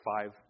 Five